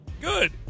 good